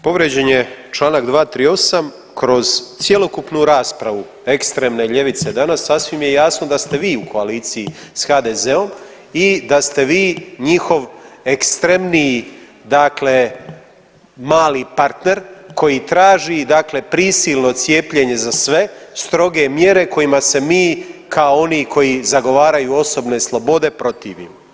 Povrijeđen je čl. 238. kroz cjelokupnu raspravu ekstremne ljevice danas sasvim je jasno da ste vi u koaliciji s HDZ-om i da ste vi njihov ekstremniji mali partner koji traži prisilno cijepljenje za sve, stroge mjere kojima se mi kao oni koji zagovaraju osobne slobode, protivimo.